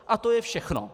A to je všechno.